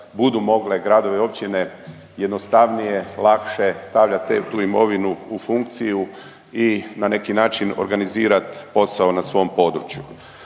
budu mogle gradove i općine jednostavnije, lakše stavljati te, tu imovinu u funkciju i na neki način organizirati posao na svom području.